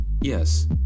Yes